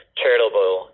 charitable